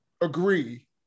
agree